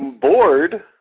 Bored